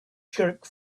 jerk